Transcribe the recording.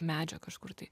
medžio kažkur tai